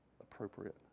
appropriate